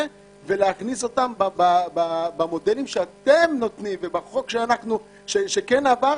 ולהכניס אותן במודלים שאתם נותנים ובחוק שכן עבר.